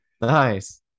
Nice